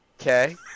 Okay